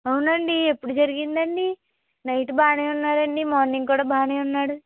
అవునా అండి ఎప్పుడు జరిగింది అండి నైట్ బాగానే ఉన్నాడు అండి మార్నింగ్ కూడా బాగానే ఉన్నాడు